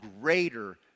greater